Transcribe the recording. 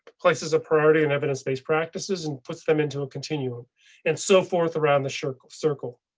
places a priority in evidence based practices and puts them into a continuum and so forth around the circle circle.